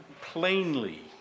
plainly